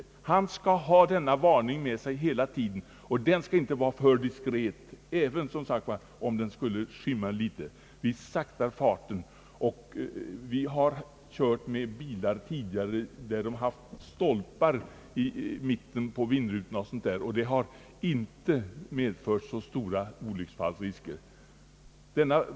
Föraren skall ha denna varning med sig hela tiden, och den skall inte vara för diskret även om den, som sagt var, skulle skymma något. Hastigheten kommer att bli begränsad, och för övrigt har vi kört med bilar tidigare som haft skymmande stolpar i mitten på vindrutorna, och det har inte medfört så stora olycksrisker.